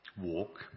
walk